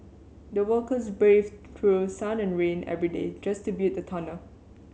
the workers braved through sun and rain every day just to build the tunnel